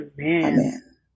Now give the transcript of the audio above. Amen